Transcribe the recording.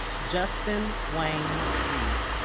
justin wayne reed